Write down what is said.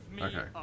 Okay